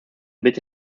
bitte